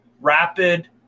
rapid